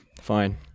Fine